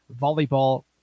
volleyball